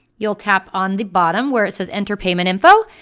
you'll tap on the bottom where it says enter payment info,